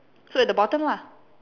so at the bottom lah